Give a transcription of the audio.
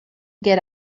get